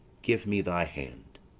give me thy hand.